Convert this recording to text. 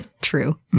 True